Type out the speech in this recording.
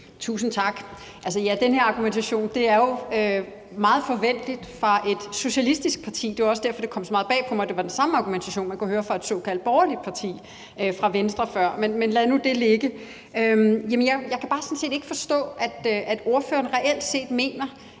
Tusind tak. Den her argumentation er jo meget forventelig fra et socialistisk parti, og det var også derfor, at det kom så meget bag på mig, at det var den samme argumentation, man før kunne høre fra et såkaldt borgerligt parti, fra Venstre. Men lad nu det ligge. Jeg kan sådan set bare ikke forstå, at ordføreren reelt set mener,